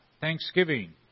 Thanksgiving